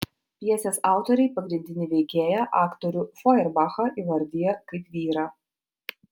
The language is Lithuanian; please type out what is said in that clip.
pjesės autoriai pagrindinį veikėją aktorių fojerbachą įvardija kaip vyrą